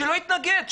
שלא יתנגד,